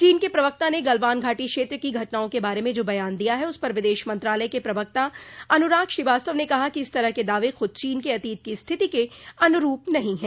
चीन के प्रवक्ता ने गलवान घाटी क्षेत्र की घटनाओं के बारे में जो बयान दिया है उस पर विदेश मंत्रालय के प्रवक्ता अनुराग श्रीवास्तव ने कहा कि इस तरह के दावे खुद चीन के अतीत की स्थिति के अनुरूप नहीं हैं